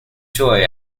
joy